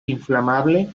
inflamable